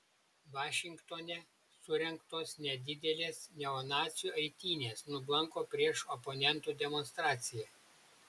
vašingtone surengtos nedidelės neonacių eitynės nublanko prieš oponentų demonstraciją